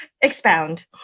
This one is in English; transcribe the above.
Expound